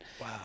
Wow